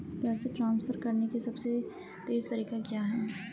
पैसे ट्रांसफर करने का सबसे तेज़ तरीका क्या है?